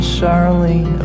Charlene